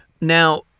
Now